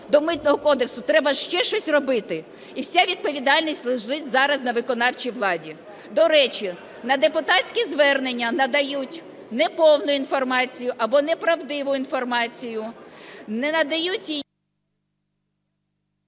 до Митного кодексу, треба ж ще щось робити? І вся відповідальність лежить зараз на виконавчій владі. До речі, на депутатське звернення надають неповну інформацію або неправдиву інформацію,